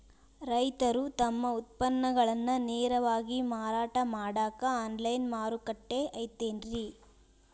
ರೈತರು ತಮ್ಮ ಉತ್ಪನ್ನಗಳನ್ನ ನೇರವಾಗಿ ಮಾರಾಟ ಮಾಡಾಕ ಆನ್ಲೈನ್ ಮಾರುಕಟ್ಟೆ ಐತೇನ್ರಿ?